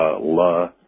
la